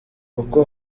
kuko